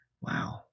wow